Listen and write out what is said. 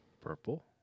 Purple